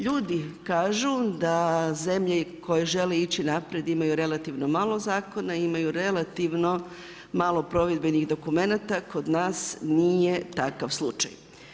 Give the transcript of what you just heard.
Ljudi kažu da zemlje koje žele ići naprijed imaju relativno malo zakona i imaju relativno malo provedbenih dokumenata kod nas nije takav slučaj.